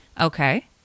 Okay